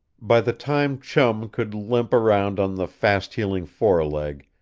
by the time chum could limp around on the fasthealing foreleg,